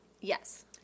Yes